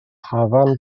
hafan